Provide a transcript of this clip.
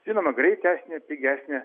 žinoma greitesnė pigesnė